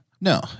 No